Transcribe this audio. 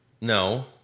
No